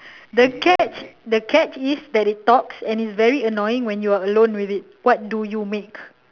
the catch the catch is that it talks and is very annoying when you're alone with it what do you make